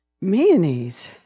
Mayonnaise